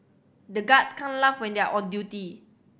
the guards can't laugh when they are on duty